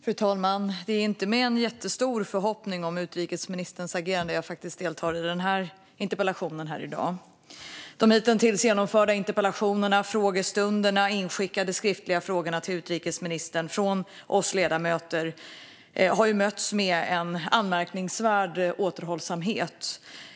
Fru talman! Det är inte med en jättestor förhoppning om agerande från utrikesministern som jag i dag deltar i den här interpellationsdebatten. I de hittills genomförda interpellationsdebatterna och frågestunderna, liksom i svaren på de inskickade skriftliga frågorna till utrikesministern från oss ledamöter, har vi mötts av en anmärkningsvärd återhållsamhet.